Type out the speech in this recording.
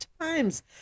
times